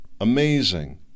Amazing